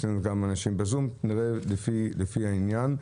יש לנו גם אנשים בזום ונראה לפי העניין.